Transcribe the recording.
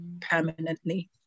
permanently